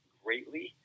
greatly